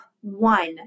one